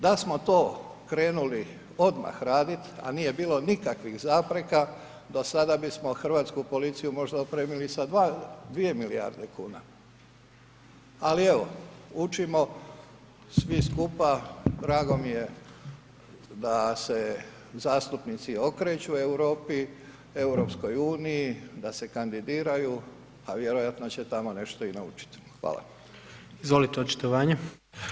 Da smo to krenuli odmah raditi, a nije bilo nikakvih zapreka do sada bismo hrvatsku policiju možda opremili možda opremili sa 2 milijarde kuna, ali evo učimo, svi skupa, drago mi je , da se zastupnici okreću Europi, EU, da se kandidiraju, a vjerojatno će tamo nešto i naučiti.